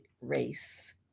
race